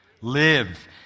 live